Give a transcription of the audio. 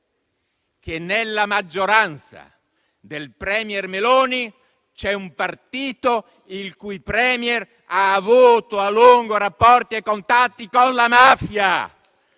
che nella maggioranza del *premier* Meloni c'è un partito il cui *Premier* ha avuto a lungo rapporti e contatti con la mafia.